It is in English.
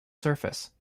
surface